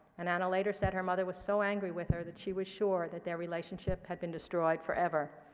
and anna later said her mother was so angry with her that she was sure that their relationship had been destroyed forever.